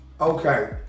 okay